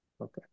Okay